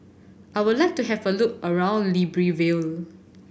I would like to have a look around Libreville